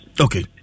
Okay